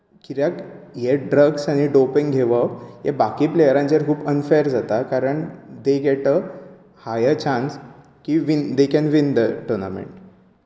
कित्याक हें ड्रग्स आनी डोपेन घेवप हें बाकी प्लेयरांचेर अनफेर जाता कारण they get a higher chance की they can win the tournament